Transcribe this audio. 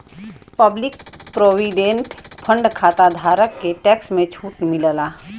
public provident fund खाताधारक के tax में छूट मिलला